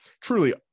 truly